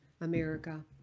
America